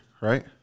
right